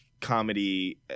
comedy